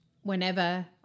whenever